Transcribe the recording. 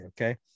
okay